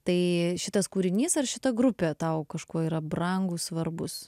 tai šitas kūrinys ar šita grupė tau kažkuo yra brangūs svarbus